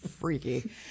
freaky